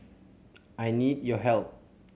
I need your help